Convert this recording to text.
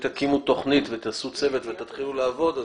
תקימו תוכנית ותעשו צוות ותחילו לעבוד,